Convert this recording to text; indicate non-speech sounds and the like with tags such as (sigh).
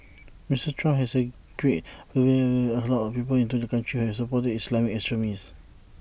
Mister Trump has argued (unintelligible) allowed people into the country have supported Islamic extremists